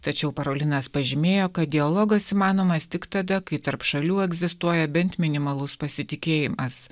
tačiau parolinas pažymėjo kad dialogas įmanomas tik tada kai tarp šalių egzistuoja bent minimalus pasitikėjimas